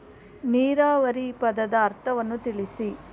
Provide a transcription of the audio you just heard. ನೀರಾವರಿ ಪದದ ಅರ್ಥವನ್ನು ತಿಳಿಸಿ?